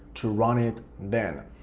to run it then.